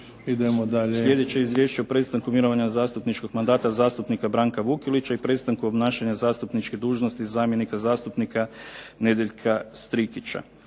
(HDZ)** Izvješće o početku mirovanja zastupničkog mandata zastupnika Branka Bačića, i početku obnašanja zastupničke dužnosti zamjenika zastupnika Borislava Matkovića.